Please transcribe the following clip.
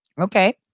Okay